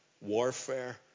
warfare